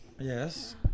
Yes